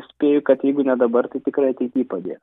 spėju kad jeigu ne dabar tai tikrai ateity padės